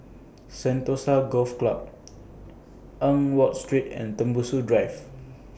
Sentosa Golf Club Eng Watt Street and Tembusu Drive